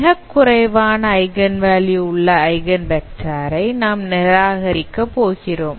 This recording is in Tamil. மிகக்குறைவான ஐகன் வால்யூ உள்ள ஐகன்வெக்டார் ஐ நாம் நிராகரிக்க போகிறோம்